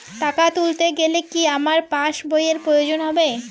টাকা তুলতে গেলে কি আমার পাশ বইয়ের প্রয়োজন হবে?